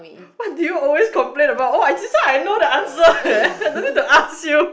what did you always complain about oh I this one I know the answer eh don't need to ask you